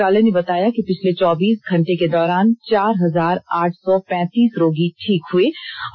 स्वास्थ्य मंत्रालय ने बताया कि पिछले चौबीस घंटे के दौरान चार हजार आठ सौ पैंतीस रोगी ठीक हुए